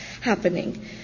happening